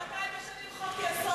בשעת חירום משנים בשעתיים חוק-יסוד?